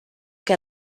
que